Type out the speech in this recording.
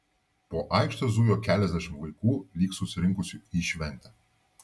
po aikštę zujo keliasdešimt vaikų lyg susirinkusių į šventę